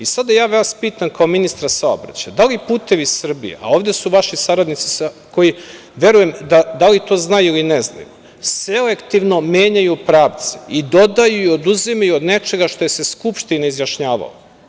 I sada ja vas pitam, kao ministra saobraćaja – da li „Putevi Srbije“, a ovde su vaši saradnici koji verujem da li to znaju ili ne znaju, selektivno menjaju pravce i dodaju i oduzimaju od nečega što se na Skupštini izjašnjavao